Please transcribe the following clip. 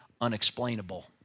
unexplainable